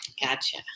gotcha